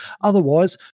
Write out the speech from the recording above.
Otherwise